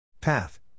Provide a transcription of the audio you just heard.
Path